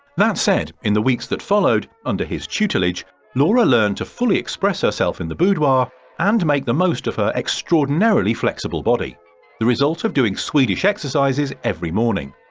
that said in the weeks that followed, under his tutelage laura learned to fully express herself in the boudoir and make the most of her extraordinary flexible body the result of doing swedish exercises every morning.